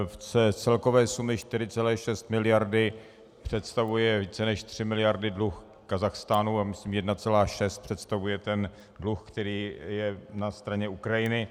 Z celkové sumy 4,6 miliardy představuje více než 3 miliardy dluh Kazachstánu a myslím, že 1,6 představuje ten dluh, který je na straně Ukrajiny.